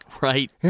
Right